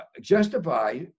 justify